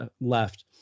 left